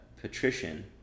patrician